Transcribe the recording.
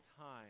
time